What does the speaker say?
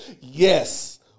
Yes